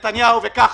נתניהו וכחלון,